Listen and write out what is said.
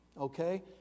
okay